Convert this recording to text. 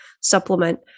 supplement